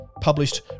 published